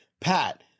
Pat